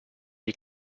gli